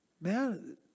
man